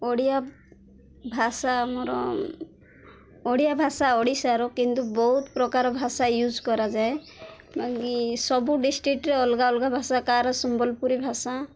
ଓଡ଼ିଆ ଭାଷା ଆମର ଓଡ଼ିଆ ଭାଷା ଓଡ଼ିଶାର କିନ୍ତୁ ବହୁତ ପ୍ରକାର ଭାଷା ୟୁଜ୍ କରାଯାଏ ବାକି ସବୁ ଡିଷ୍ଟ୍ରିକ୍ଟରେ ଅଲଗା ଅଲଗା ଭାଷା କାହାର ସମ୍ବଲପୁରୀ ଭାଷା